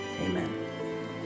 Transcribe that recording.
Amen